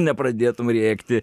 nepradėtum rėkti